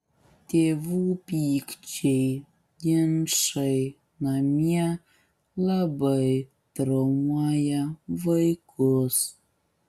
tėvų pykčiai ginčai namie labai traumuoja vaikus